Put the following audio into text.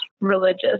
religious